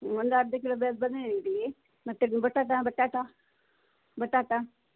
ಒಂದು ಅರ್ಧ ಕಿಲೋ ಬದನೆ ಇಡಿ ಮತ್ತು ಗು ಬಟಾಟ ಬಟಾಟ ಬಟಾಟ